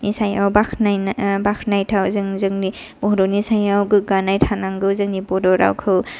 नि सायाव बाखनायनाय बाखनायथाव जों जोंनि बड'नि सायाव गोग्गानाय थानांगौ जोंनि बड' रावखौ